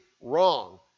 wrong